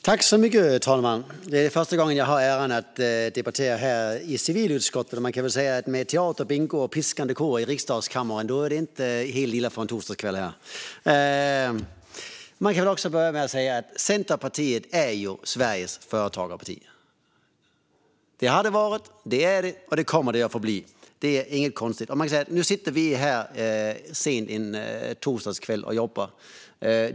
Fru talman! Detta är första gången jag har äran att debattera här i civilutskottet. Man kan väl säga att med teater, bingo och piskade kor i riksdagens kammare är det inte illa för en torsdagskväll! Man kan också börja med att säga att Centerpartiet är Sveriges företagarparti. Det har det varit, det är det och det kommer det att förbli. Det är inget konstigt. Nu sitter vi här sent en torsdagskväll och jobbar.